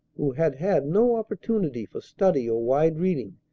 who had had no opportunity for study or wide reading,